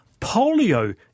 polio